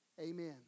amen